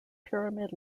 pyramid